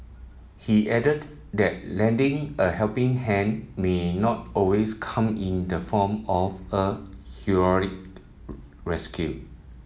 he added that lending a helping hand may not always come in the form of a heroic rescue